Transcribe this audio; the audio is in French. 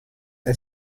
est